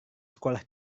sekolah